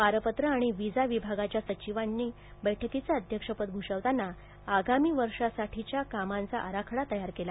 पारपत्र आणि व्हिसा विभागाच्या सचिवांनी बैठकीचं अध्यक्षपद भूषवताना आगामी वर्षासाठीच्या कामांचा आराखडा सादर केला